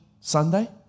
Sunday